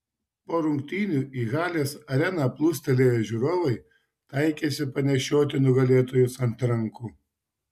po rungtynių į halės areną plūstelėję žiūrovai taikėsi panešioti nugalėtojus ant rankų